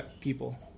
people